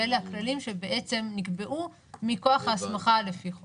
ואלה הכללים שנקבעו מכוח ההסמכה לפי החוק.